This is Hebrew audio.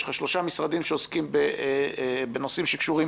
שלושה משרדים בנושאים שקשורים